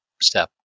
step